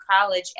college